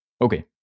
Okay